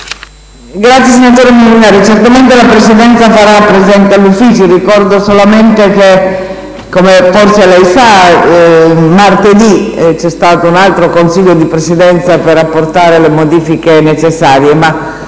Senatore Molinari, certamente la Presidenza farà presente tale esigenza agli Uffici. Ricordo solamente che, come forse lei sa, martedì c'è stato un altro Consiglio di Presidenza per apportare alcune modifiche necessarie